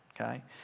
Okay